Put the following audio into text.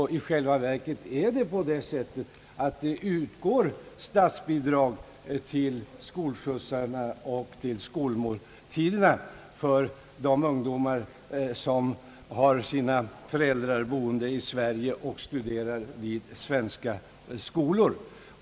Det utgår alltså i realiteten statsbidrag till skolskjutsar och skolmåltider för de ungdomar som har sina föräldrar i Sverige och bedriver studier vid svenska skolor.